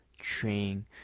Train